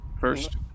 first